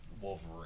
Wolverine